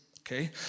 okay